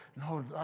no